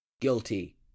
Guilty